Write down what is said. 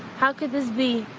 how could this be?